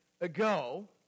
ago